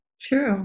True